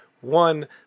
one